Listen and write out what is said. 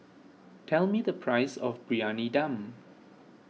tell me the price of Briyani Dum